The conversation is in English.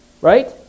Right